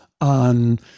on